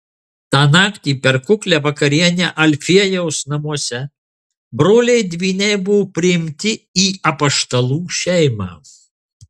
tą naktį per kuklią vakarienę alfiejaus namuose broliai dvyniai buvo priimti į apaštalų šeimą